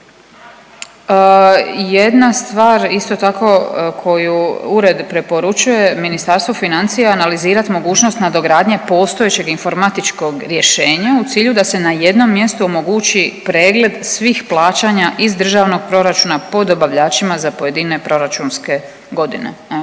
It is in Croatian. Jedna stvar isto tako koju Ured preporučuje, Ministarstvo financija, analizirati mogućnost nadogradnje postojećeg informatičkog rješenja u cilju da se na jednom mjestu omogući pregled svih plaćanja iz državnog proračuna po dobavljačima za pojedine proračunske godine.